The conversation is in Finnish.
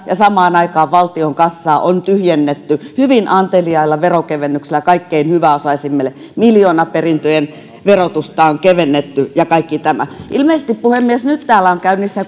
ja samaan aikaan valtion kassaa on tyhjennetty hyvin anteliailla veronkevennyksillä kaikkein hyväosaisimmille miljoonaperintöjen verotusta on kevennetty ja kaikki tämä ilmeisesti puhemies nyt täällä on käynnissä